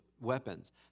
weapons